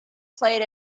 played